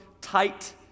tight